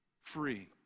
free